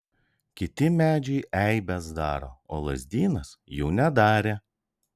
kiti medžiai eibes daro o lazdynas jų nedarė